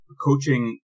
coaching